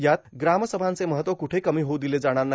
यात ग्रामसभांचे महत्व कुठेही कमी होऊ दिले जाणार नाही